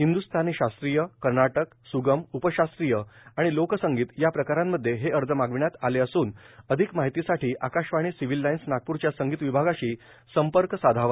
हिंदुस्तानी शास्त्रीय कर्नाटक सुगम उपशास्त्रीय आणि लोकसंगीत या प्रकारामध्ये हे अर्ज मागविण्यात आले असून अधिक माहितीसाठी आकाशवाणी सिव्हिल लाईन्स नागपूरच्या संगीत विभागाशी संपर्क साधावा